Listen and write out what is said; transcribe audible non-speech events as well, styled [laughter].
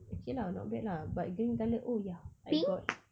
okay lah not bad lah but green colour oh ya I got [noise]